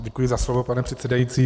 Děkuji za slovo, pane předsedající.